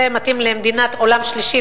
זה מתאים למדינת עולם שלישי,